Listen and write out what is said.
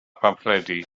phamffledi